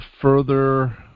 further